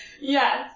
Yes